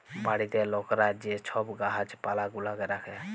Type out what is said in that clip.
বাড়িতে লকরা যে ছব গাহাচ পালা গুলাকে রাখ্যে